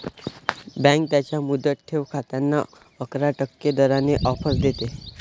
bank त्यांच्या मुदत ठेव खात्यांना अकरा टक्के दराने ऑफर देते